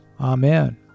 Amen